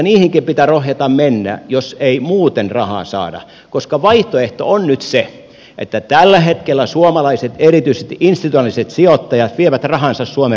niihinkin pitää rohjeta mennä jos ei muuten rahaa saada koska vaihtoehto on nyt se että tällä hetkellä suomalaiset erityisesti institutionaaliset sijoittajat vievät rahansa suomen rajojen ulkopuolelle